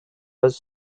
was